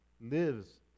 lives